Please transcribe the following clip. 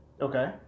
Okay